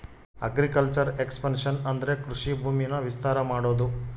agriculture expansion ಅಂದ್ರೆ ಕೃಷಿ ಭೂಮಿನ ವಿಸ್ತಾರ ಮಾಡೋದು